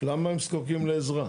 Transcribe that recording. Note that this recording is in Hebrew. למה הם זקוקים לעזרה?